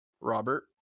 Robert